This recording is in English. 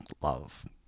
Love